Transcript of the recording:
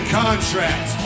contract